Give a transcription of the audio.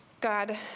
God